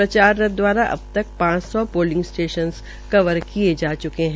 प्रचार रथ दवारा अब तक पांच सौ पोलिंग स्टेशनस कवर किये जा च्के है